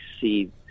see